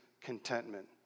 contentment